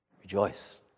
rejoice